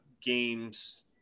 games